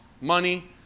money